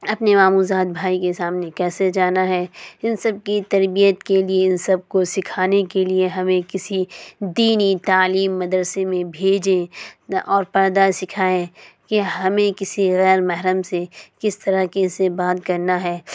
اپنے ماموں زاد بھائی کے سامنے کیسے جانا ہے ان سب کی تربیت کے لیے ان سب کو سکھانے کے لیے ہمیں کسی دینی تعلیم مدرسہ میں بھیجے اور پردہ سکھائے کہ ہمیں کسی غیر محرم سے کس طرح کیسے بات کرنا ہے